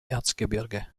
erzgebirge